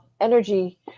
Energy